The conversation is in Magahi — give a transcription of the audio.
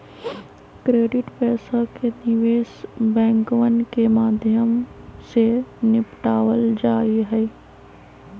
क्रेडिट पैसा के निवेश बैंकवन के माध्यम से निपटावल जाहई